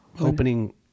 opening